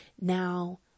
Now